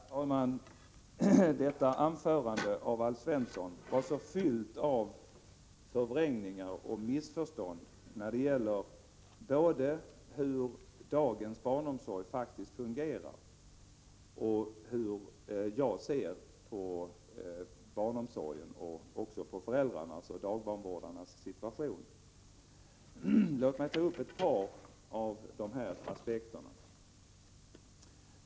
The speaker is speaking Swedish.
Herr talman! Detta anförande av Alf Svensson var fyllt av förvrängningar och missförstånd när det gäller både hur dagens barnomsorg faktiskt fungerar och hur jag ser på barnomsorgen och på föräldrarnas och dagbarnvårdarnas situation. Låt mig ta upp ett par av de aktuella aspekterna.